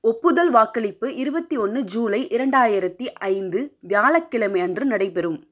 ஒப்புதல் வாக்களிப்பு இருபத்தி ஒன்று ஜூலை இரண்டாயிரத்தி ஐந்து வியாழக்கிழமை அன்று நடைபெறும்